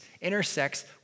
intersects